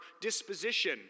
disposition